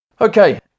okay